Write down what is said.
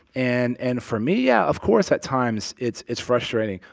and and for me, yeah, of course, at times it's it's frustrating.